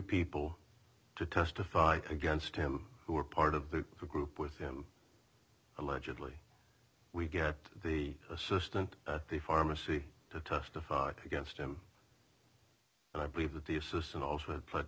people to testify against him who are part of the group with him allegedly we get the assistant the pharmacy to testify against him and i believe that the assistant